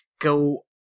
go